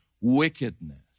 wickedness